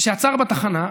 שעצר בתחנה,